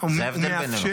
זה ההבדל בינינו.